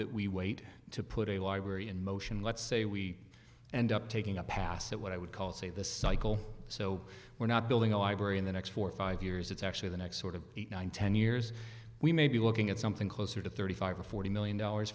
that we wait to put a library in motion let's say we end up taking a pass at what i would call say the cycle so we're not building a library in the next four five years it's actually the next sort of eight nine ten years we may be looking at something closer to thirty five or forty million dollars